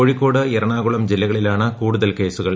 കോഴിക്കോട് എറണാകുളം ജില്ലകളിലാണ് കൂടുതൽ കേസുകൾ